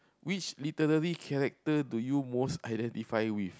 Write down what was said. which literary character do you most identify with